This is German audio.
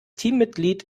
teammitglied